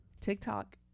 TikTok